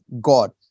God